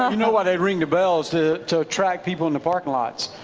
you know ah they ring the bells to to attract people in the parking lots.